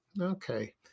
Okay